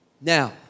Now